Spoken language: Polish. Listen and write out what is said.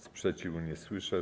Sprzeciwu nie słyszę.